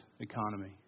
economy